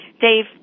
Dave